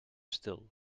stil